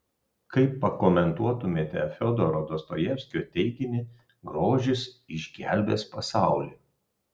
kaip pakomentuotumėte fiodoro dostojevskio teiginį grožis išgelbės pasaulį